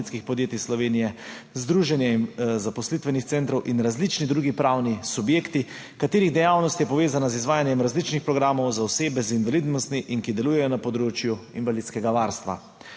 podjetij Slovenije, Združenje zaposlitvenih centrov in različni drugi pravni subjekti, katerih dejavnost je povezana z izvajanjem različnih programov za osebe z invalidnostmi in ki delujejo na področju invalidskega varstva.